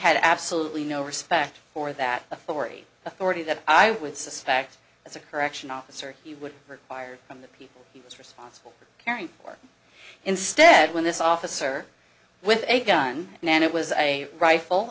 had absolutely no respect for that authority authority that i would suspect as a correction officer he would require from the people he was responsible for for caring instead when this officer with a gun man it was a rifle